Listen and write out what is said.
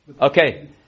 Okay